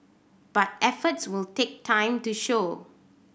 but efforts will take time to show